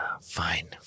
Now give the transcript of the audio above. Fine